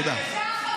תודה.